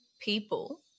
people